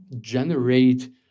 generate